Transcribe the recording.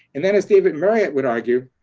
and that as david marriott would argue,